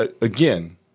again